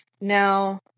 Now